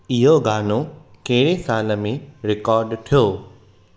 इहो गीतु कहिड़े साल में रिकोर्डु थियो